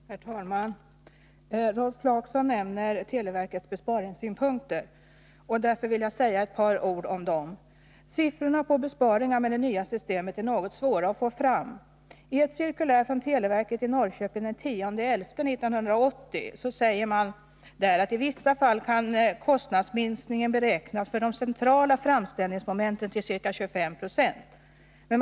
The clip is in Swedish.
Herr talman! Rolf Clarkson nämnde televerkets besparingar, och jag vill säga några ord om dessa. Siffrorna beträffande besparingar med det nya systemet är något svåra att få fram. I ett cirkulär av den 10 november 1980 från televerket i Norrköping framhålls att kostnadsminskningen för de centrala framställningsmomenten i vissa fall kan beräknas till ca 25 20.